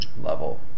level